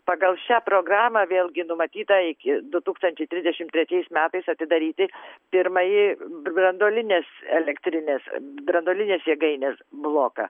pagal šią programą vėlgi numatyta iki du tūkstančiai trisdešimt trečiais metais atidaryti pirmąjį branduolinės elektrinės branduolinės jėgainės bloką